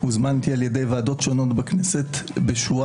הוזמנתי על ידי ועדות שונות בכנסת בשורה